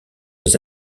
les